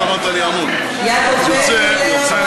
יעקב פרי